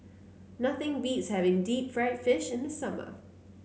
nothing beats having Deep Fried Fish in the summer